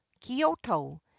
Kyoto